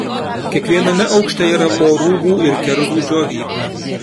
kiekviename aukšte yra po rūbų ir kerzų džiovyklą